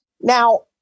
Now